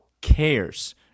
cares